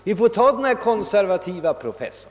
Vi får lov att ta en konservativ professor.